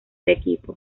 equipo